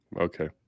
Okay